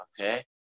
Okay